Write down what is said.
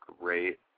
great